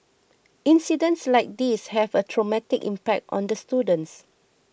incidents like these have a traumatic impact on the students